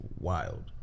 wild